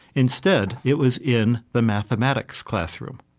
instead, it was in the mathematics classroom.